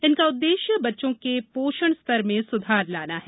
इनका उद्देश्य बच्चों के पोषण स्तर में सुधार लाना है